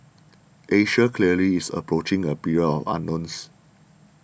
Asia clearly is approaching a period of unknowns